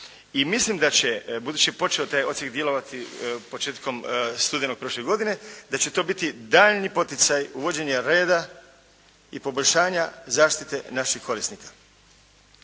I mislim da će, budući da je počeo taj odsjek djelovati početkom studenog prošle godine, da će to biti daljnji poticaj, uvođenje reda i poboljšanja zaštite naših korisnika.